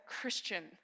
Christian